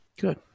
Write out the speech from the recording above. Good